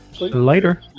Later